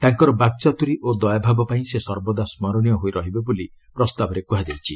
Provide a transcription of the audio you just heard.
ତାଙ୍କର ବାକ୍ଚାତୁରୀ ଓ ଦୟାଭାବ ପାଇଁ ସେ ସର୍ବଦା ସ୍କରଣୀୟ ହୋଇ ରହିବେ ବୋଲି ପ୍ରସ୍ତାବରେ କୁହାଯାଇଛି